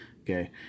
Okay